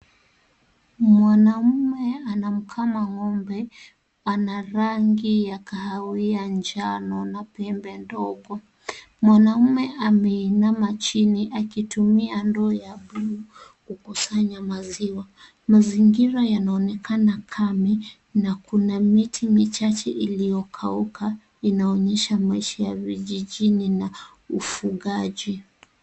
Mwanaume anamkama ng'ombe, ana rangi ya kahawia njano na pembe ndogo. Mwanaume ameinama chini akitumia ndoo ya buluu kukusanya maziwa. Mazingira yanaonekana kame na kuna miti michache iliyokauka, inaonyesha maisha ya vijijini na ufugaji.